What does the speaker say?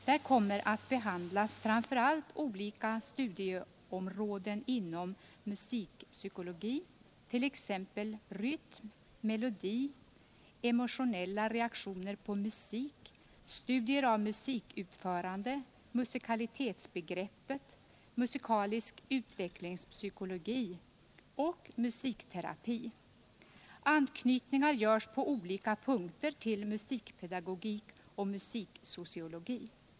Där kommer att behandlas framför allt olika studieområden inom musikpsykologi, t.ex. rytm, melodi, emotionella reaktioner på musik, studier av musikutförande, musikalitetsbegreppet, musikalisk utvecklingspsykologi och musikterapi. Anknytningar görs på olika punkter till musikpedagogik och musiksociologi.